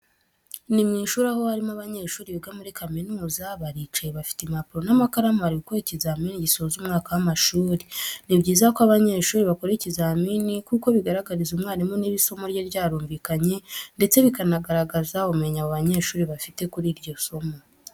Ni mu ishuri aho harimo abanyeshuri biga muri kaminuza, baricaye bafite impapuro n'amakaramu bari gukora ikizamini gisoza umwaka w'amashuri. Ni byiza ko abanyeshuri bakora ikizamini kuko bigaragariza umwarimu niba isomo rye ryarumvikanye ndetse bikanagaragaza ubumenyi abo banyeshuri bafite kuri iryo somo.